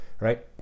right